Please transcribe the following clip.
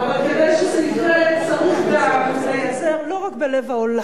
אבל כדי שזה יקרה צריך גם לייצר לא רק בלב העולם,